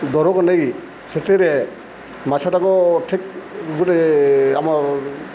ଦରକୁ ନେଇ ସେଥିରେ ମାଛଟାକୁ ଠିକ ଗୋଟେ ଆମ